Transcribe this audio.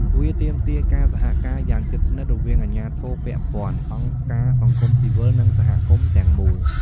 វាទាមទារការសហការយ៉ាងជិតស្និទ្ធ រវាងអាជ្ញាធរពាក់ព័ន្ធ អង្គការសង្គមស៊ីវិល និងសហគមន៍ទាំងមូល។